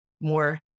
more